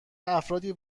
افرادی